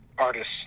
Artists